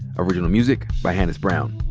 original music by hannis brown.